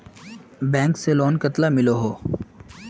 Bank से loan कतला मिलोहो?